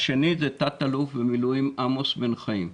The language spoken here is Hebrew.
השני זה תת אלוף במילואים עמוס בן חיים.